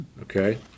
okay